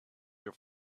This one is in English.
your